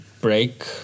break